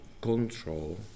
control